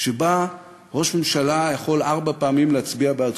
שבה ראש ממשלה יכול ארבע פעמים להצביע בעד